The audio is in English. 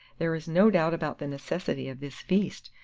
there is no doubt about the necessity of this feast,